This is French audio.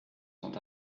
sont